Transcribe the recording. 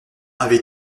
avait